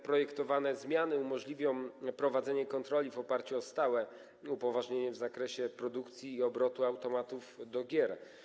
Projektowane zmiany umożliwią prowadzenie kontroli w oparciu o stałe upoważnienie w zakresie produkcji i obrotu automatów do gier.